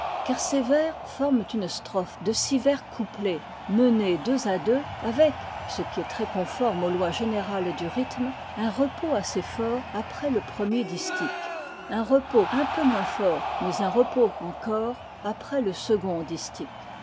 car ces vers forment une strophe de six vers couplés menés deux à deux avec ce qui est très conforme aux lois générales du rythme un repos assez fort après le premier distique un repos un peu moins fort mais un repos encore après le second